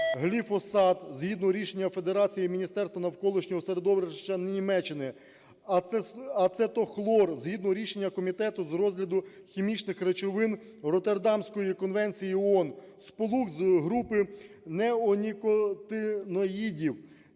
гліфосат – згідно рішення Федерації Міністерства навколишнього середовища Німеччини, ацетохлор – згідно рішення комітету з розгляду хімічних речовин Роттердамської конвенції ООН, сполук з групи неонікотиноїдів